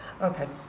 Okay